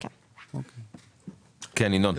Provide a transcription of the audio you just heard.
כן, ינון.